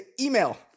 email